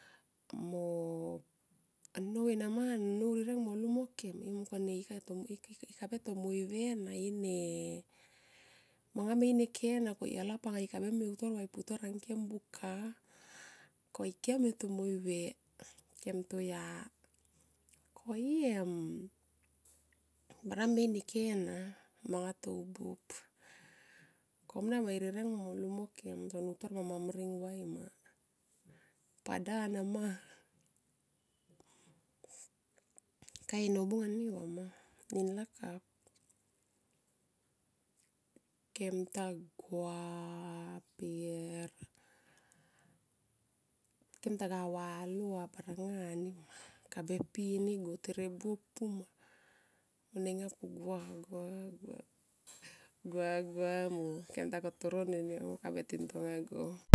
Mo annou enima annou rineng mo lu mokem. Imungkone i kabe tomave na ine manga me in e ke, ko alo hap anga ikabeme utor vae putor angkem buka. koikem e tomoive kem toya ko i em bara me in e ke na. Manga tou buop komnia mo i rireng mo lu mo kem so nutor mam mambring vai ma. Pada nama. Kae nobung ani vama ninlakap kem tagua per kem taga valo a barangu kabe pinigo. Tere buop pu ma moneng a pau gua gua gua gua gua ma kem ta kotoron kabe tinonga go